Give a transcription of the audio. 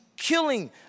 Killing